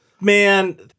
man